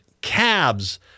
cabs